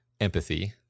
empathy